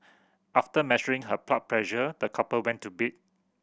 after measuring her pressure the couple went to bed